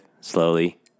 slowly